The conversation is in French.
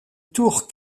tour